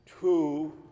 two